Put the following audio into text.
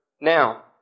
Now